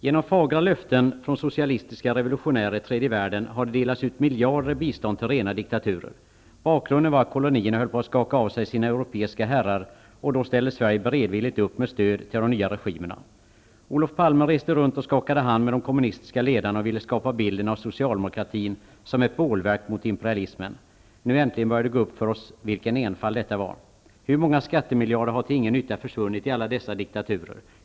Genom fagra löften från socialistiska revolutionärer i tredje världen har det delats ut miljarder i bistånd till rena diktaturer. Bakgrunden var att kolonierna höll på att skaka av sig sina europeiska herrar, och då ställde Sverige beredvilligt upp med stöd till de nya regimerna. Olof Palme reste runt och skakade hand med de kommunistiska ledarna och ville skapa bilden av socialdemokratin som ett bålverk mot imperialismen. Nu äntligen börjar det gå upp för oss vilken enfald detta var. Hur många skattemiljarder har till ingen nytta försvunnit i alla dessa diktaturer?